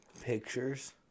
pictures